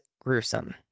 gruesome